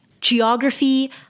geography